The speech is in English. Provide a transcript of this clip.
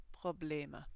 Probleme